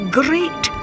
great